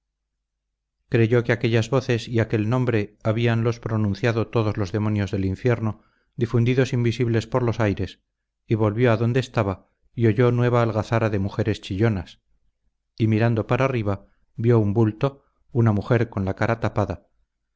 creyó que aquellas voces y aquel nombre habíanlos pronunciado todos los demonios del infierno difundidos invisibles por los aires y volvió a donde estaba y oyó nueva algazara de mujeres chillonas y mirando para arriba vio un bulto una mujer con la cara tapada